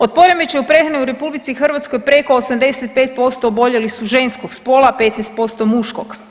Od poremećaja u prehrani u RH preko 85% oboljelih su ženskog spola, 15% muškog.